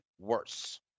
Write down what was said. worse